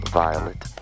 violet